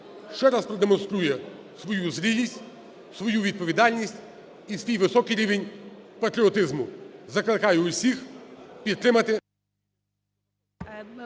ще раз продемонструє свою зрілість, свою відповідальність і свій високий рівень патріотизму. Закликаю всіх підтримати…